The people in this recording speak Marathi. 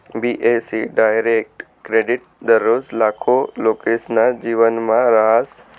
बी.ए.सी डायरेक्ट क्रेडिट दररोज लाखो लोकेसना जीवनमा रहास